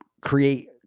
create